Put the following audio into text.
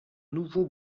nouveau